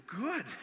good